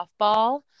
softball